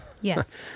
yes